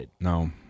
No